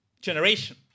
generation